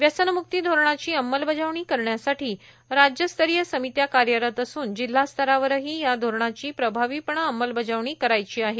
व्यसनमुक्ती धोरणाची अंमलबजावणी करण्यासाठी राज्यस्तरिय समित्या कार्यरत असून जिल्हास्तरावरही या धोरणाची प्रभावीपणे अंमलबजावणी करायची आहे